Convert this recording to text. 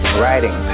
writing